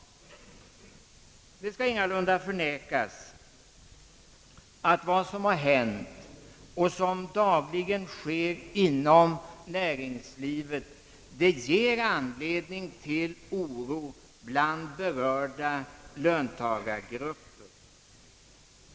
Det skall ingalunda förnekas att vad som hänt och dagligen sker inom näringslivet ger anledning till oro bland berörda löntagargrupper.